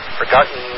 forgotten